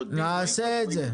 נעשה את זה.